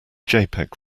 jpeg